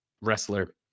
wrestler